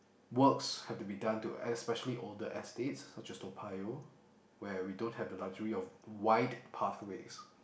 works have to be done to especially older estates such as Toa-Payoh where we don't have the luxury of wide pathways